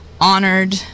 honored